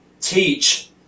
teach